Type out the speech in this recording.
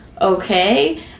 okay